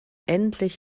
endlich